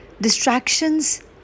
Distractions